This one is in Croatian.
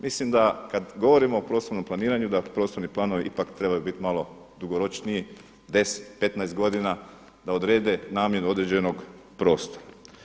Mislim da kada govorimo o prostornom planiranju da prostorni planovi ipak trebaju biti malo dugoročniji, 10, 15 godina da odrede namjenu određenog prostora.